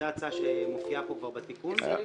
זו הצעה שמופיעה פה כבר בתיקון לנשואים.